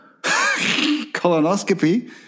Colonoscopy